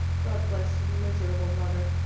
god bless your miserable mother.